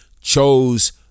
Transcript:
chose